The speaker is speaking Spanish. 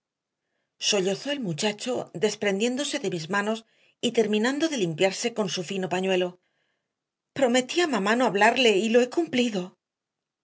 hablé sollozó el muchacho desprendiéndose de mis manos y terminando de limpiarse con su fino pañuelo prometí a mamá no hablarle y lo he cumplido